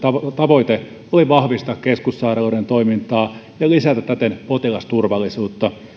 tavoite oli vahvistaa keskussairaaloiden toimintaa ja lisätä täten potilasturvallisuutta